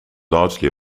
largely